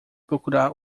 procurar